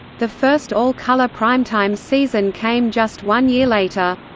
the first all-color prime-time season came just one year later.